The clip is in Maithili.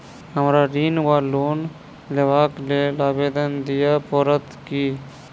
हमरा ऋण वा लोन लेबाक लेल आवेदन दिय पड़त की?